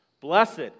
Blessed